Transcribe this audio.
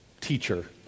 teacher